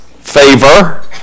favor